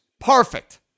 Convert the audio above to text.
perfect